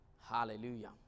hallelujah